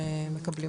תקבלו.